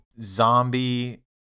zombie